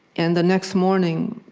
and the next morning,